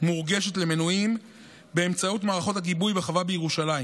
מורגשת למנויים באמצעות מערכות הגיבוי בחווה בירושלים.